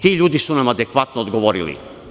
Ti ljudi su nam adekvatno odgovorili.